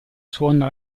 suona